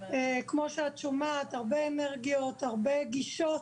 כמו שאת שומעת - הרבה אנרגיות והרבה גישות.